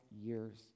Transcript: years